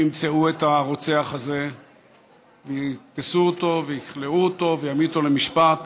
שהם ימצאו את הרוצח הזה ויתפסו אותו ויכלאו אותו ויעמידו אותו למשפט